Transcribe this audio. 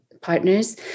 partners